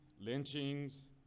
lynchings